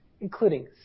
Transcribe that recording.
including